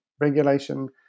regulation